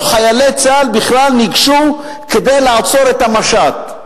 חיילי צה"ל בכלל ניגשו לעצור את המשט.